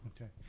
Okay